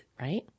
right